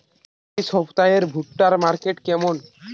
এই সপ্তাহে ভুট্টার মার্কেট কেমন?